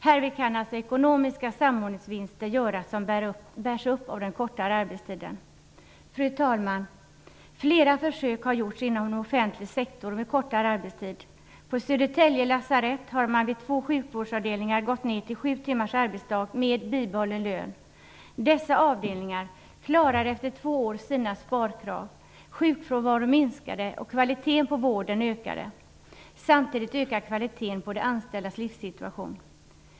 Här kan ekonomiska samordningsvinster göras som bärs upp av den kortare arbetstiden. Fru talman! Flera försök med kortare arbetstid har gjorts inom den offentliga sektorn. På Södertälje lasarett har man vid två sjukvårdsavdelningar gått ner till sju timmars arbetsdag med bibehållen lön. Dessa avdelningar klarar efter två år sina sparkrav. Sjukfrånvaron har minskat och kvaliteten på vården har ökat. Samtidigt har kvaliteten på de anställdas livssituation ökat.